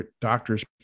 doctors